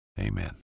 Amen